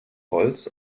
holz